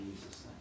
Jesus